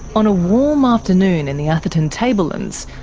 on a warm afternoon in the atherton tablelands,